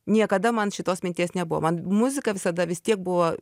niekada man šitos minties nebuvo man muzika visada vis tiek buvo